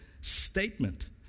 statement